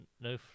no